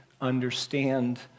understand